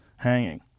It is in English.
hanging